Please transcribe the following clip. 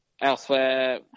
Elsewhere